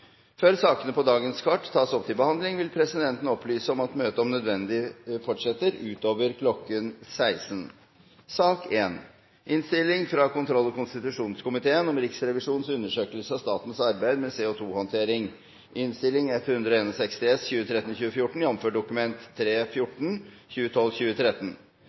Før sakene på dagens kart tas opp til behandling, vil presidenten opplyse om at møtet om nødvendig fortsetter utover kl. 16. Etter ønske fra kontroll- og konstitusjonskomiteen vil presidenten foreslå at debatten organiseres på vanlig måte, med unntak av